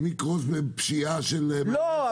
אם יקרוס בפשיעה --- לא.